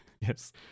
Yes